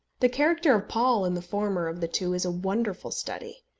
the character of paul in the former of the two is a wonderful study.